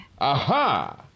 Aha